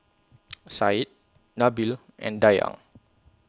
Syed Nabil and Dayang